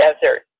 Desert